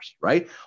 right